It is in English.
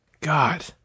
God